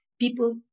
people